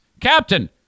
Captain